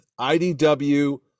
IDW